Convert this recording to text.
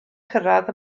cyrraedd